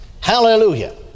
Hallelujah